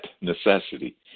necessity